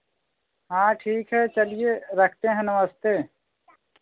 हाँ ठीक है चलिए रखते हैं नमस्ते